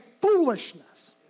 foolishness